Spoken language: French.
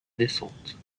naissante